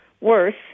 worse